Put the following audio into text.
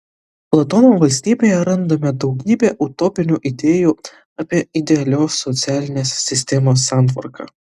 platono valstybėje randame daugybę utopinių idėjų apie idealios socialinės sistemos santvarką